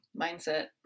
Mindset